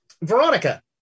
Veronica